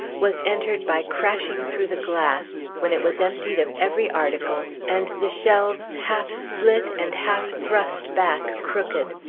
was entered by crashing through the glass, when it was emptied of every article, and the shelves half-split, and half-thrust back crooked.